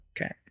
Okay